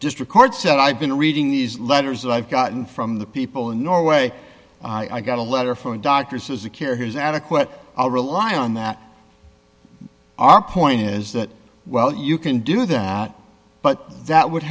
district court said i've been reading these letters that i've gotten from the people in norway i got a letter from a doctor says the care here is adequate i'll rely on that our point is that well you can do that but that would